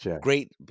Great